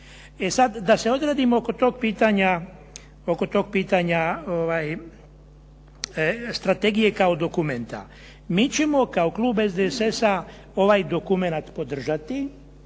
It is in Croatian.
da se odredimo oko tog pitanja strategije kao dokumenta. Mi ćemo kao klub SDSS-a ovaj dokument podržati